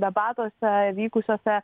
debatuose įvykusiose